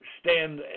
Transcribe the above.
stand